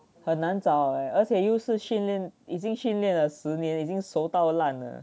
很难找诶而且又是训练已经训练了十年已经熟到烂了